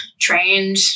trained